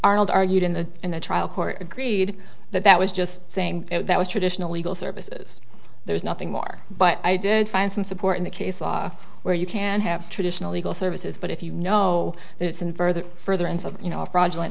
arnold argued in the in the trial court agreed that that was just saying that was traditional legal services there's nothing more but i did find some support in the case law where you can have traditional legal services but if you know that it's in further further ends up you know a fraudulent